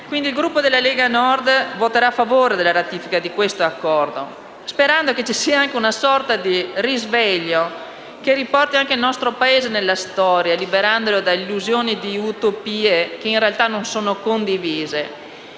forti. Il Gruppo Lega Nord voterà a favore della ratifica di questo Accordo, sperando ci sia anche una sorta di risveglio, che riporti il nostro Paese nella storia, liberandolo dall'illusione di utopie che in realtà non sono condivise